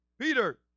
Peter